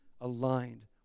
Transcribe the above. Aligned